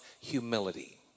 humility